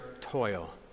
toil